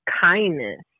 kindness